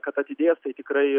kad ateityje tai tikrai